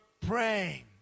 praying